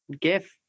gift